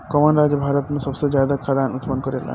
कवन राज्य भारत में सबसे ज्यादा खाद्यान उत्पन्न करेला?